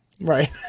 Right